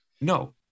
No